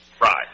Right